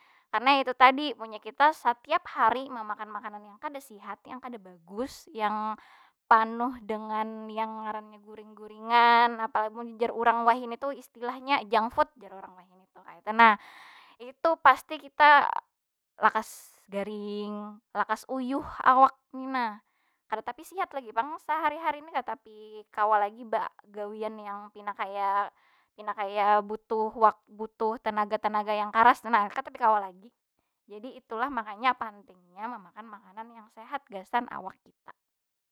Karna itu tadi, munnya kita satiap hari mamakan makanan yang kada sihat, yang kada bagus, yang panuh dengan yang ngarannya gureng gurengan, apa lagi munnya jar urang wahini tu istilahnya junkfood, jar urang wahini tu. Kaytu nah. Itu pasti kita lakas garing, lakas uyuh awak ni nah. Kada tapi sihat lagi pang sahari- hari ni, kada tapi kawa lagi bagawian yang pina kaya- pina kaya butuh tenaga tenaga yang karas tu nah. Tu kada tapi kawa lagi. Jadi itulah makanya pantingnya mamakan makanan yang sehat gasan awak kita.